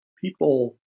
people